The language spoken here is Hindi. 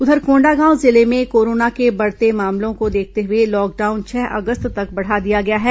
उधर कोंडागांव जिले में कोरोना के बढ़ते मामले को देखते हुए लॉकडाउन छह अगस्त तक बढ़ा दिया गया है